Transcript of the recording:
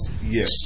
Yes